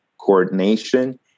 coordination